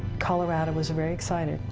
colorado was very excited,